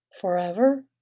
forever